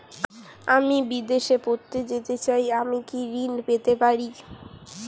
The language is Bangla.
আমি বিদেশে পড়তে যেতে চাই আমি কি ঋণ পেতে পারি?